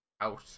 out